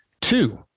Two